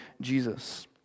Jesus